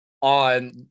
on